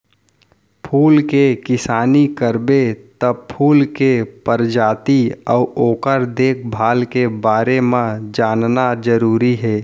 फूल के किसानी करबे त फूल के परजाति अउ ओकर देखभाल के बारे म जानना जरूरी हे